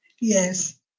Yes